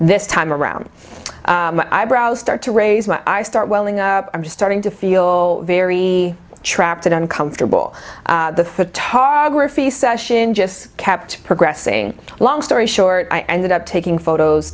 this time around my eyebrows start to raise my eyes start welling up i'm starting to feel very trapped and uncomfortable the photography session just kept progressing long story short i ended up taking photos